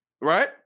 Right